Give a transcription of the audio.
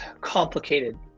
complicated